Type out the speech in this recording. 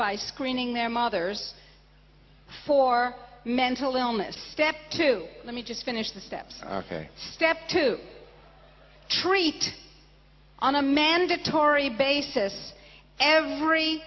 by screening their mothers for mental illness step two let me just finish the steps ok step two treat on a mandatory basis every